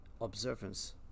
observance